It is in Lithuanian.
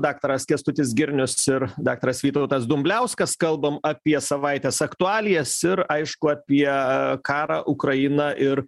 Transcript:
daktaras kęstutis girnius ir daktaras vytautas dumbliauskas kalbam apie savaitės aktualijas ir aišku apie karą ukrainą ir